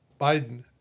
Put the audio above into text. Biden